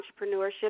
entrepreneurship